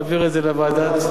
לוועדת העבודה והרווחה.